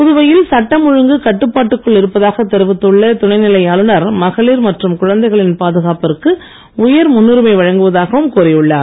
புதுவையில் சட்டம் ஓழுங்கு கட்டுப்பாட்டுக்குள் இருப்பதாக தெரிவித்துள்ள துணைநிலை ஆளுநர் மகளிர் மற்றும் குழந்தைகளின் பாதுகாப்பிற்கு உயர் முன்னுரிமை வழங்குவதாகவும் கூறியுள்ளார்